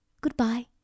goodbye